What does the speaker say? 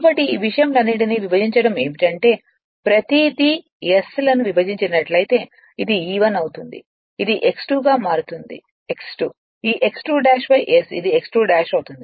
కాబట్టి ఈ విషయం లన్నింటినీ విభజించడం ఏమిటంటే ప్రతిదీ s తో విభజించినట్లయితే ఇది E1 అవుతుంది ఇది X 2 గా మారుతుంది X 2 ఈ X 2 ' s అది X2' అవుతుంది